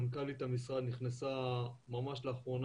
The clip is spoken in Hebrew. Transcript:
מנכ"לית המשרד נכנסה ממש לאחרונה,